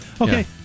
Okay